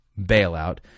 bailout